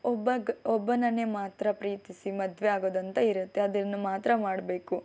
ಒಬ್ಬ ಗ ಒಬ್ಬರನ್ನೇ ಮಾತ್ರ ಪ್ರೀತಿಸಿ ಮದುವೆ ಆಗೋದು ಅಂತ ಇರುತ್ತೆ ಅದನ್ನು ಮಾತ್ರ ಮಾಡಬೇಕು